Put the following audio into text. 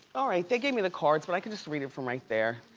all right, they gave me the cards but i can just read it from right there.